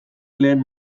lehen